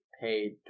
paid